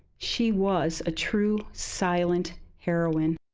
she was a true silent heroine.